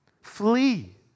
Flee